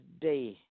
day